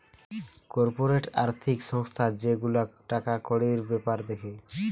corporate আর্থিক সংস্থা যে গুলা টাকা কড়ির বেপার দ্যাখে